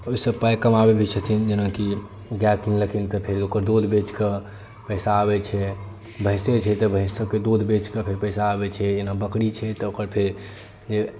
ओहिसँ पाई कमबै छथिन जेनाकि गाय किनलखिन तऽ फेर ओकर दुध बेच कऽ पैसा आबै छै भैंसे छै तऽ भैंसोके दुध बेच कऽ पैसा आबै छै तऽ जेना बकरी छै तऽ ओकर फेर